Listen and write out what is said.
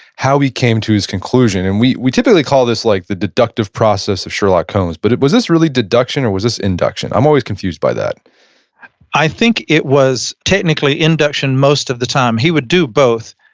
how he came to his conclusion, and we we typically call this like the deductive process of sherlock holmes, but it was this really deduction or was this induction? i'm always confused by that i think it was technically induction most of the time he would do both.